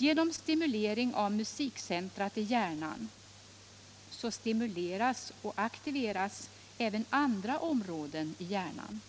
Genom stimulering av musikcentrat i hjärnan stimuleras och aktiveras även andra områden i hjärnan.